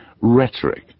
rhetoric